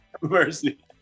Mercy